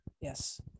Yes